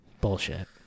Bullshit